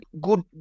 Good